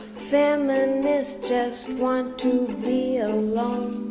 feminists just want to be alone